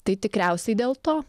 tai tikriausiai dėl to